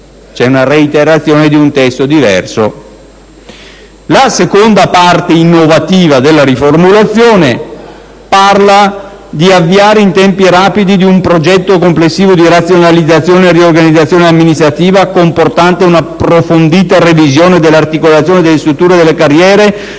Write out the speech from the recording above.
una reiterazione di un testo diverso.